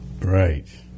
Right